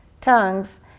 tongues